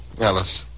Alice